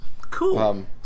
Cool